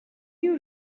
you